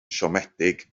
siomedig